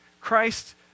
Christ